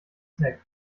snack